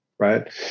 Right